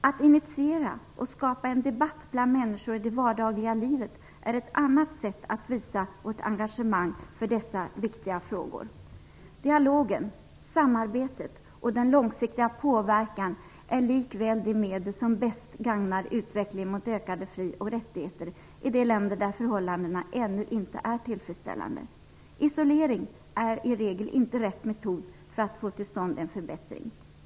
Att initiera och skapa en debatt bland människor i det vardagliga livet är ett annat sätt att visa vårt engagemang för dessa viktiga frågor. Dialogen, samarbetet och den långsiktiga påverkan är likväl de medel som bäst gagnar utvecklingen mot ökade fri och rättigheter i de länder där förhållandena ännu inte är tillfredsställande. Isolering är i regel inte rätt metod för att få till stånd en förbättring.